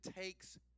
takes